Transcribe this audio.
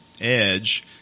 Edge